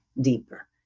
deeper